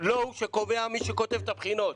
לא הוא שקובע מי שכותב את הבחינות.